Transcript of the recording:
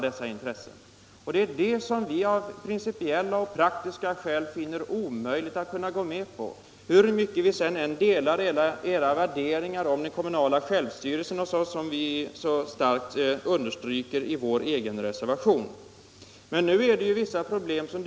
Det finner vi av principiella och praktiska skäl omöjligt att gå med på, hur mycket vi än delar era värderingar om den kommunala självstyrelsen, som vi så starkt understryker i vår egen reservation. Nu dyker det ju upp vissa problem här.